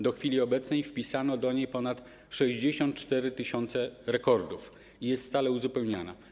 Do chwili obecnej wpisano do niej ponad 64 tys. rekordów i jest ona stale uzupełniana.